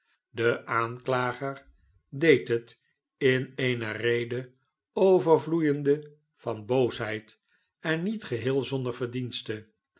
de aanklager deed het in eene rede overvloeiende van boosheid en niet geheel zonder verdienste